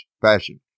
fashion